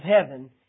heaven